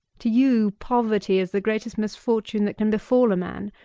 to you, poverty is the greatest misfortune that can befall a man,